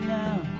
now